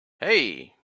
hey